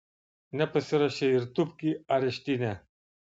nepasirašei ir tūpk į areštinę